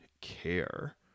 care